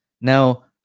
Now